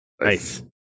Nice